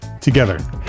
together